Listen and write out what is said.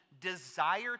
desire